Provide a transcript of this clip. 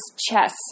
chess